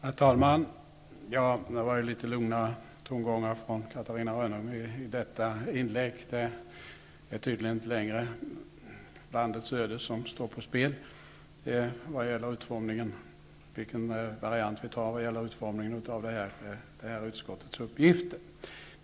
Herr talman! Det var ju litet lugnare tongångar från Catarina Rönnung i detta inlägg. Det är tydligen inte längre så att landets öde står på spel när vi har att ta ställning till det tillfälliga utskottets uppgifter.